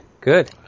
good